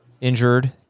injured